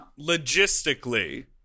logistically